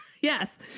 yes